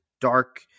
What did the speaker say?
dark